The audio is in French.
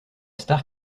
star